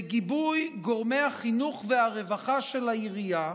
בגיבוי גורמי החינוך והרווחה של העירייה,